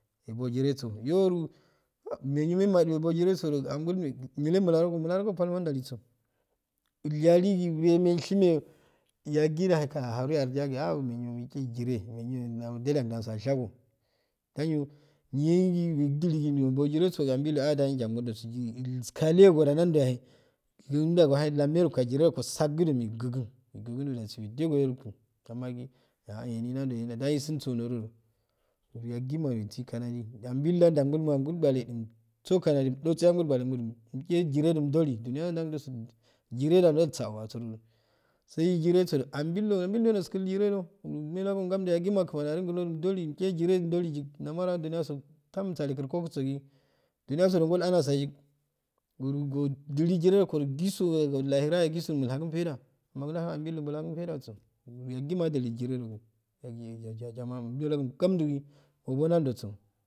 Ebojire so iyoru meguyo mimadu ebojirego angol megu nile mular mularugo palma ndaliso ilyaligu wureme shimeyo yagiyahey kkal ahare ardiya gi agh wure megu megu guu jire hechu da da ashajo na ngo nyo go nye lulgu ebojijeso nye embo ambil ahh daioiambil so ilsakayogo dei ndawundiyahey mchugu da jire roguder ndawudiyahey mchgu da jire roguju sakkuda gu ilgusu ilgugu ilsugokun kukanagi ah ori nando ndansoso yagima hesgokandi ambillda ndagumo angol ghamgumeh umagkamadi umddose amgole gwanengwano megelu jize munjolu duniya ndawundu jire du ndawsaboungun saw jire sodu ambildo ambildo ilskul jiredo ummehelaga ngauiddu yagima kmani ahludo umdoli umdo jire mmdolu yuk namare ana duniyaso tamkalu kurkogusow duniya so ngol ahasa yuk ngooso ndolu jire rong jisu yayho goda laurayah jisu mejhakun fawdd amma anbil ddo bolhakuu faidaso yagima adolu jire ioguu agi agi yajalmaa ummehelaga ngamjdagi obonaldoso.